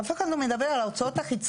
אף אחד לא מדבר על הוצאות חיצוניות.